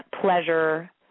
pleasure